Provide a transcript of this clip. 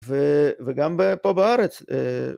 ‫ו.. וגם בפה בארץ.